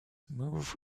move